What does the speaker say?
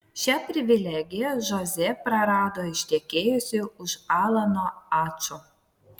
šią privilegiją žozė prarado ištekėjusi už alano ačo